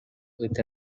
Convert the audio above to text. with